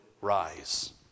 rise